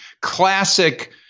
Classic